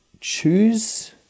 choose